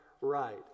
right